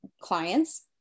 clients